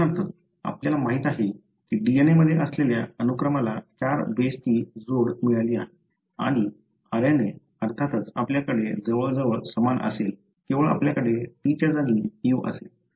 उदाहरणार्थ आपल्याला माहित आहे की DNA मध्ये असलेल्या अनुक्रमाला 4 बेसची जोड मिळाली आहे आणि RNA अर्थातच आपल्याकडे जवळ जवळ समान असेल केवळ आपल्याकडे T च्या जागी U असेल